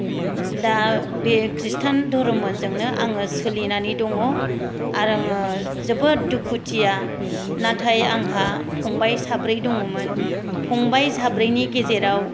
दा बे ख्रष्टान धरमजोंनो आङो सोलिनानै दङ आरो आङो जोबोद दुखुथिया नाथाय आंहा फंबाय साब्रै दङ'मोन फंबाय साब्रैनि गेजेराव